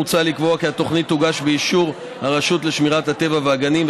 מוצע לקבוע כי התוכנית תוגש באישור הרשות לשמירת הטבע והגנים,